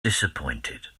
disappointed